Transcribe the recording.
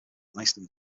iceland